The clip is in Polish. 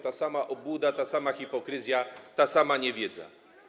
Ta sama obłuda, ta sama hipokryzja, ta sama niewiedza.